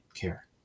care